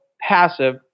passive